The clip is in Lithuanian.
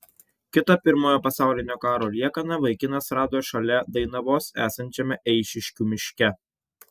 kitą pirmojo pasaulinio karo liekaną vaikinas rado šalia dainavos esančiame eišiškių miške